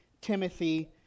Timothy